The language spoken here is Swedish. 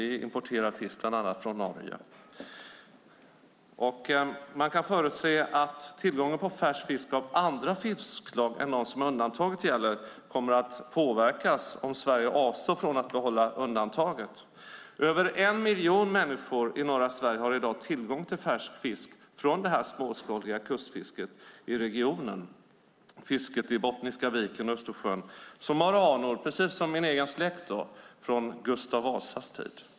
Vi importerar fisk bland annat från Norge. Man kan förutse att tillgången på färsk fisk av andra fiskslag än de som undantaget gäller kommer att påverkas om Sverige avstår från att behålla undantaget. Över en miljon människor i norra Sverige har i dag tillgång till färsk fisk från det småskaliga kustfisket i regionen. Fisket i Bottniska viken och i Östersjön har, likt min egen släkt, anor från Gustav Vasas tid.